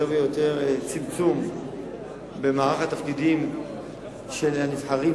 יותר ויותר צמצום במערך התפקידים של הנבחרים,